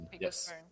Yes